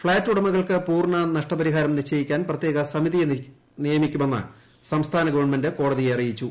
flat ഉടമകൾക്ക് പൂർണ നഷ്ടപരിഹാരം നിശ്ചയിക്കാൻ പ്രത്യേക സമിതിയെ നിയമിക്കുമെന്ന് സംസ്ഥാന ഗവൺമെന്റ് കോടതിയെ അറിയിച്ചു